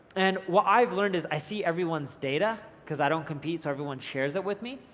and what i've learned is i see everyone's data, cause i don't compete, so everyone shares it with me.